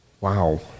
Wow